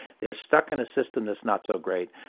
they're stuck in a system that's not so great.